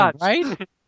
right